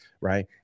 Right